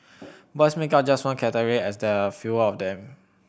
boys make up just one category as there are fewer of them